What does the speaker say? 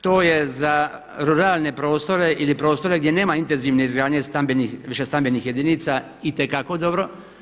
To je za ruralne prostore ili prostore gdje nema intenzivne izgradnje stambenih, višestambenih jedinica itekako dobro.